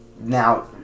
now